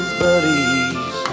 buddies